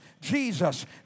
Jesus